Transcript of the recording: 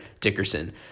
Dickerson